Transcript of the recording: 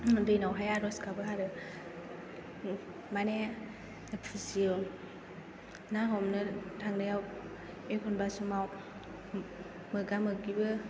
दैनावहाय आरज गाबो आरो माने फुजियो ना हमनो थांनायाव एखनबा समाव मोगा मोगिबो